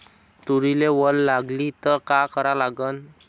तुरीले वल लागली त का करा लागन?